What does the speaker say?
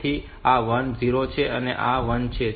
તેથી આ 0 છે આ 1 છે